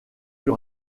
fut